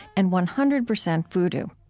and one hundred percent vodou.